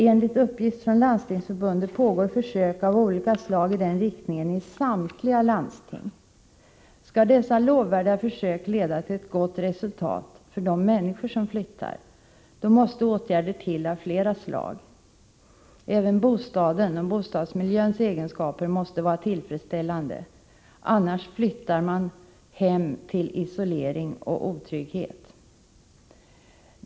Enligt uppgift från Landstingsförbundet pågår försök av olika slag i den riktningen i samtliga landsting. Skall dessa lovvärda försök leda till ett gott resultat för de människor som flyttar måste åtgärder av flera slag komma till. Även bostadens och bostadsmiljöns egenskaper måste vara tillfredsställande, annars flyttar människor hem till isolering och otrygghet.